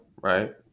right